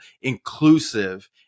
inclusive